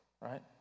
right